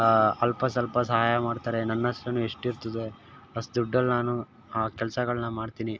ಅಲ್ಪ ಸ್ವಲ್ಪ ಸಹಾಯ ಮಾಡ್ತಾರೆ ನನ್ನ ಎಷ್ಟಿರ್ತದೆ ಅಷ್ಟು ದುಡ್ಡಲ್ಲಿ ನಾನು ಆ ಕೆಲಸಗಳ್ನ ಮಾಡ್ತೀನಿ